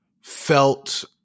felt